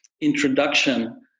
introduction